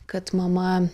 kad mama